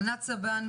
ענת סבן,